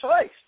choice